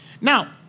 Now